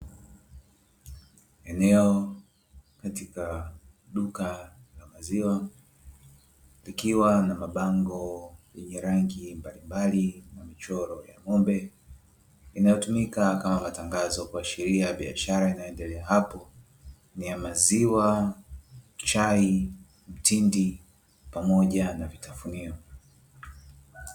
Eneo katika duka la maziwa likiwa na mabango yenye rangi mbalimbali na michoro ya ng'ombe inayotumika kama matangazo kuashiria biashara inayoendelea hapo ni ya maziwa, chai, mtindi pamoja na vitafunio.